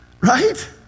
Right